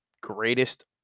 greatest